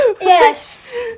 Yes